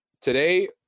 today